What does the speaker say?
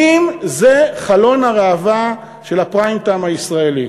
האם זה חלון הראווה של הפריים-טיים הישראלי?